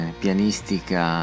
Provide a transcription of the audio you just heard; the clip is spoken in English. pianistica